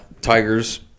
Tigers